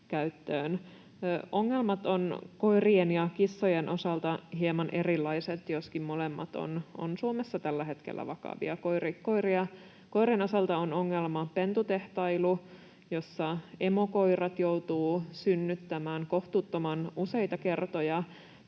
Ongelmat ovat koirien ja kissojen osalta hieman erilaiset, joskin molemmat ovat Suomessa tällä hetkellä vakavia. Koirien osalta ongelma on pentutehtailu, jossa emokoirat joutuvat synnyttämään kohtuuttoman useita kertoja